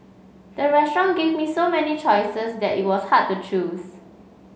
the restaurant gave me so many choices that it was hard to choose